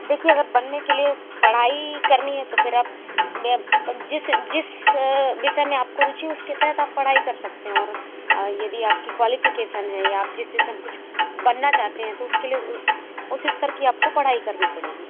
देखिए अगर बनने के लिए पढ़ाई करनी है तो फिर आप जिस जिस विषय में आप को रुचि है उसके तहत आप पढ़ाई कर सकते हैं और यदि आप की क्वालिफिकेशन है या आप जिससे कुछ बनना चाहते हैं तो उसके लिए उस स्तर की आप को पढ़ाई करनी पड़ेगी